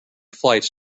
flights